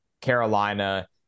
Carolina